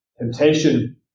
Temptation